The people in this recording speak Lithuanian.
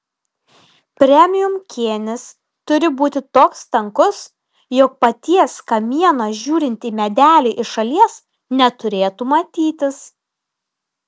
premium kėnis turi būti toks tankus jog paties kamieno žiūrint į medelį iš šalies neturėtų matytis